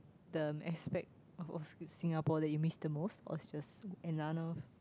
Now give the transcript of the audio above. the aspect of old Singapore that you miss the most or just another